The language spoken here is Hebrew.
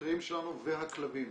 החוקרים שלנו והכלבים